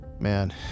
Man